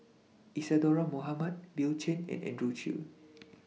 Isadhora Mohamed Bill Chen and Andrew Chew